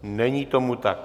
Není tomu tak.